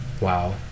Wow